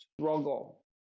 struggle